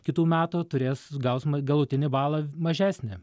kitų metų turės gaus galutinį balą mažesnį